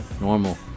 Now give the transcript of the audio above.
normal